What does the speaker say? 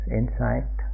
insight